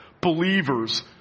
believers